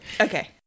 Okay